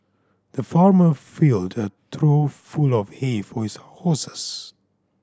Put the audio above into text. the farmer filled a trough full of hay for his horses